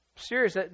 Serious